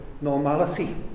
normality